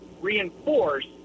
reinforce